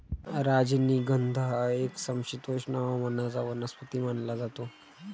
राजनिगंध हा एक समशीतोष्ण हवामानाचा वनस्पती मानला जातो